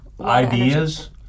ideas